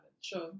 Sure